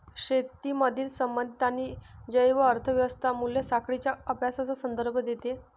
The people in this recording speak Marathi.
शेतीमधील संबंधित आणि जैव अर्थ व्यवस्था मूल्य साखळींच्या अभ्यासाचा संदर्भ देते